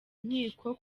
nkiko